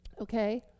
okay